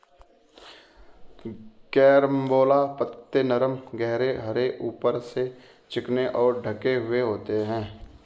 carambola पत्ते नरम गहरे हरे ऊपर से चिकने और ढके हुए होते हैं